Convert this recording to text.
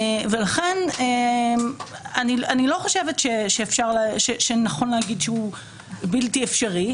ולכן אני לא חושבת שנכון להגיד שהוא בלתי אפשרי,